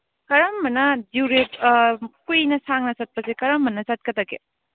ꯀꯔꯝꯕꯅ ꯀꯨꯏꯅ ꯁꯥꯡꯅ ꯆꯠꯄꯁꯦ ꯀꯔꯝꯕꯅ ꯆꯠꯀꯗꯒꯦ